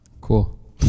Cool